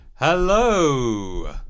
Hello